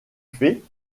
fait